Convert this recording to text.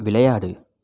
விளையாடு